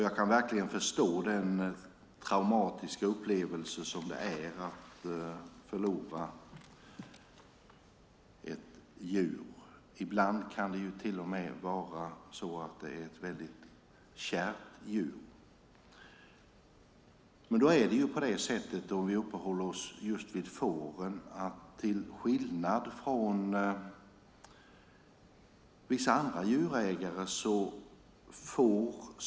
Jag förstår den traumatiska upplevelse det är att förlora ett djur; ibland kan det till och med vara ett mycket kärt djur. Om vi uppehåller oss vid fårägare kan de, till skillnad från vissa andra djurägare, få ersättning.